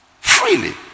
Freely